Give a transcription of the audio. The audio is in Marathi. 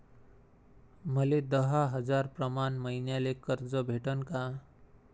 मले दहा हजार प्रमाण मईन्याले कर्ज भेटन का?